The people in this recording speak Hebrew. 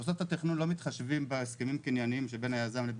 במוסדות התכנון לא מתחשבים בהסכמים הקנייניים שבין היזם ובין